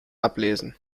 ablesen